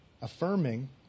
Affirming